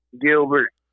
Gilbert